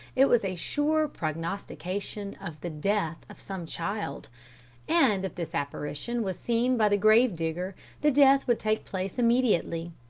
it was a sure prognostication of the death of some child and if this apparition was seen by the grave-digger the death would take place immediately.